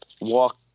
walk